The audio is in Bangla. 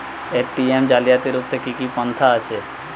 এ.টি.এম জালিয়াতি রুখতে কি কি পন্থা আছে?